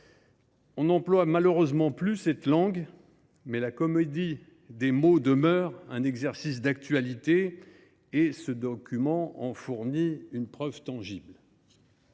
On n’emploie malheureusement plus cette langue, mais la comédie des mots demeure un exercice d’actualité, ce document en fournissant une preuve tangible.